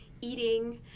eating